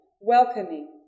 welcoming